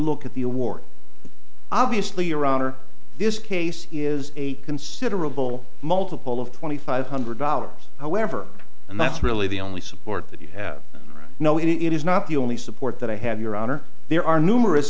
look at the award obviously your honor this case is a considerable a multiple of twenty five hundred dollars however and that's really the only support that you have no it is not the only support that i have your honor there are numerous